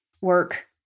work